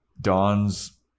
Dawn's